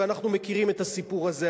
ואנחנו מכירים את הסיפור הזה,